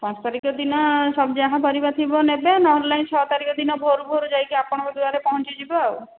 ପାଞ୍ଚ ତାରିଖ ଦିନ ସନ୍ଧ୍ୟା ହଁ ପରିବା ଥିବ ନେବେ ନହେଲେ ନାହିଁ ଛଅ ତାରିଖ ଦିନ ଭୋରୁ ଭୋରୁ ଯାଇକି ଆପଣଙ୍କ ଦୁଆରରେ ପହଞ୍ଚି ଯିବ